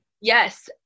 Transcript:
Yes